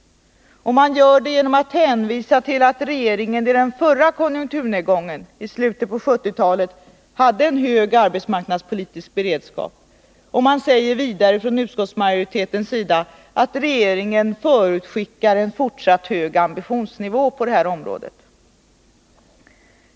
Man gör det genom att hänvisa till att regeringen under den förra konjunkturnedgången — i slutet på 1970-talet — hade en hög arbetsmarknadspolitisk beredskap. Man säger vidare från utskottsmajoritetens sida att regeringen förutskickar en fortsatt hög ambitionsnivå på det här området.